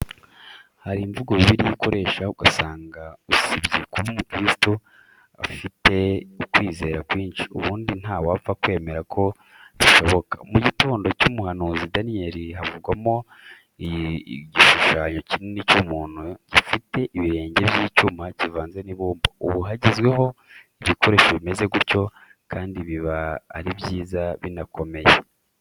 Hari imvugo Bibiliya ikoresha ugasanga usibye kuba umukirisitu afite ukwizera kwinshi, ubundi ntawapfa kwemera ko bishoboka. Mu gitabo cy'umuhanuzi Daniyeli, havugwamo igishushanyo kinini cy'umuntu gifite ibirenge by'icyuma kivanze n'ibumba. Ubu hagezweho ibikoresho bimeze gutyo kandi biba ari byiza, binakomeye.